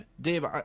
Dave